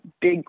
big